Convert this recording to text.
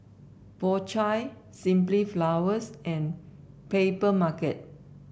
Po Chai Simply Flowers and Papermarket